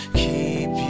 keep